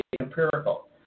empirical